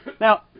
Now